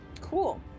Cool